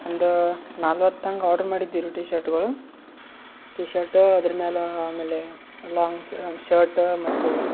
ಒಂದು ನಲ್ವತ್ತು ಹಂಗ್ ಆರ್ಡ್ರ್ ಮಾಡಿದ್ದೀವಿ ರೀ ಟೀಶರ್ಟ್ಗಳು ಟೀಶರ್ಟ ಅದ್ರ ಮ್ಯಾಗ ಆಮೇಲೆ ಲಾಂಗ್ ಶರ್ಟ ಮತ್ತು